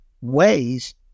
ways